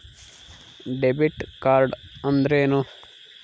Debit card ಅಂದ್ರೇನು?